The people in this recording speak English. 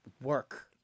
work